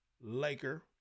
Laker